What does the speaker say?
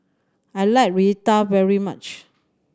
I like Raita very much